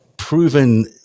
Proven